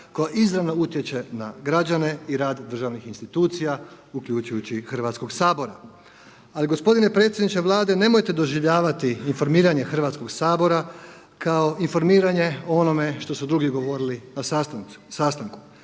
koja izravno utječe na građane i rad državnih institucija uključujući i Hrvatskog sabora. Ali gospodine predsjedniče Vlade nemojte doživljavati informiranje Hrvatskog sabora kao informiranje o onome što su drugi govorili na sastanku.